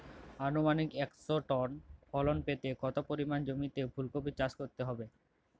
আনুমানিক একশো টন ফলন পেতে কত পরিমাণ জমিতে ফুলকপির চাষ করতে হবে?